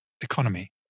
economy